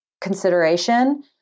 consideration